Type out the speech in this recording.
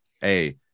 Hey